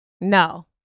no